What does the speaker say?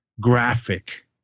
graphic